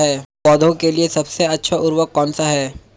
पौधों के लिए सबसे अच्छा उर्वरक कौनसा हैं?